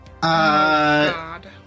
God